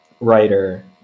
writer